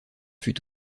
fut